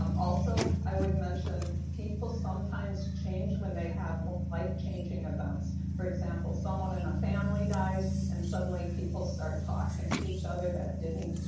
um also, i would mention people sometimes change when they have life-changing events, for example someone in a family dies and suddenly people start talking to each other that didn't,